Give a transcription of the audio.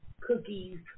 cookies